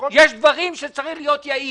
יש דברים שצריך להיות יעיל.